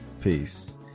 Peace